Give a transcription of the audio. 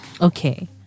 okay